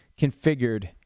configured